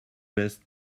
best